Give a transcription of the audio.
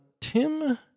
Tim